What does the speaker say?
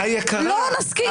לא נסכים.